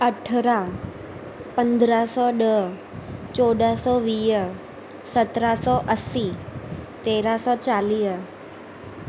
अरिड़हं पंद्रहं सौ ॾह चौॾहं सौ वीह सत्रहं सौ असी तेरहं सौ चालीह